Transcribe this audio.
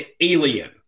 alien